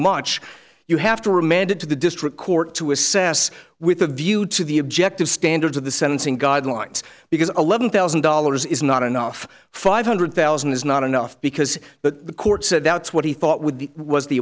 much you have to remand it to the district court to assess with a view to the objective standards of the sentencing guidelines because eleven thousand dollars is not enough five hundred thousand is not enough because the court said that's what he thought would be was the